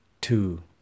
Two